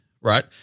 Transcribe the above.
right